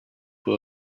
were